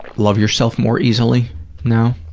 love yourself more easily now?